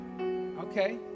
Okay